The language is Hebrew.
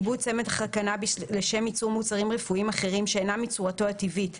עיבוד צמח הקנאביס לשם ייצור מוצרים רפואיים אחרים שאינם מצורתו הטבעית,